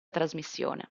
trasmissione